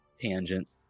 tangents